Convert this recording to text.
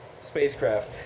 spacecraft